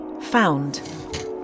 found